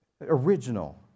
original